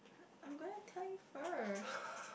I am gonna tell you first